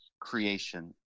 creation